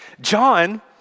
John